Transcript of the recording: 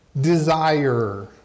desire